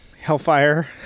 hellfire